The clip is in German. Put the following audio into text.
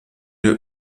der